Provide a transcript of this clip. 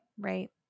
Right